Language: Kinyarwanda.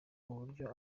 uburyo